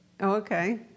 okay